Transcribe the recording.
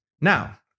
Now